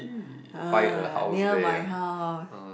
uh near my house